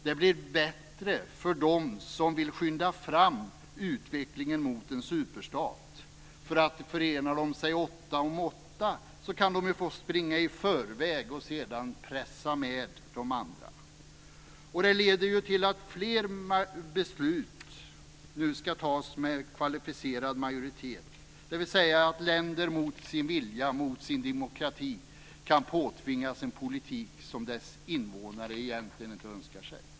Det blir bättre för dem som vill skynda fram utvecklingen mot en superstat. Förenar de sig åtta om åtta kan de ju få springa i förväg och sedan pressa med sig de andra. Det leder till att fler beslut nu ska fattas med kvalificerad majoritet, dvs. att länder mot sin vilja, mot sin demokrati, kan påtvingas en politik som dess invånare egentligen inte önskar sig.